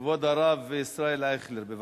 כבוד הרב ישראל אייכלר, בבקשה.